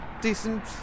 Decent